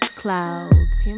clouds